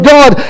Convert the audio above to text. God